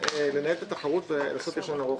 לנהל את התחרות ולעשות רישיון ארוך-טווח.